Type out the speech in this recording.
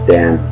Dan